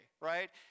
right